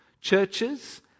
Churches